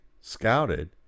scouted